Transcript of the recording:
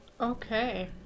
Okay